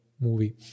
movie